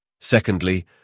Secondly